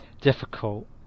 difficult